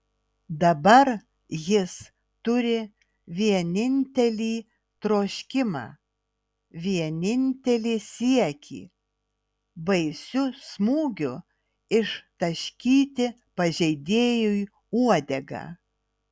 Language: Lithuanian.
dabar jis turi vienintelį troškimą vienintelį siekį baisiu smūgiu ištaškyti pažeidėjui uodegą